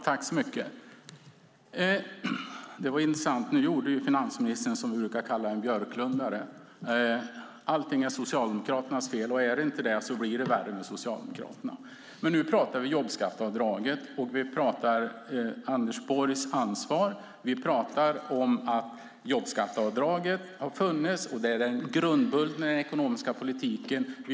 Fru talman! Det var intressant. Nu gjorde finansministern en, som vi brukar kalla det, Björklundare. Allting är Socialdemokraternas fel, och är det inte det blir det värre med Socialdemokraterna. Men nu pratar vi om jobbskatteavdraget, om Anders Borgs ansvar och om att jobbskatteavdraget har funnits och är grundbulten i den ekonomiska politiken.